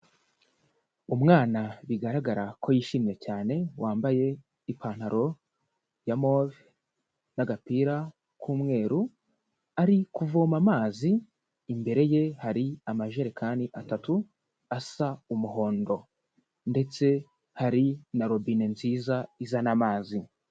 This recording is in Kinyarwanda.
Umwana bigaragara ko yishimye cyane, wambaye ipantaro ya move n'agapira k'umweru, ari kuvoma amazi, imbere ye hari amajerekani atatu asa umuhondo ndetse hari na robine nziza izana amazi.